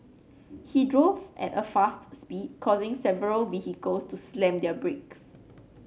he drove at a fast speed causing several vehicles to slam their brakes